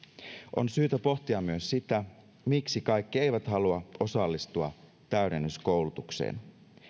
on syytä pohtia myös sitä miksi kaikki eivät halua osallistua täydennyskoulutukseen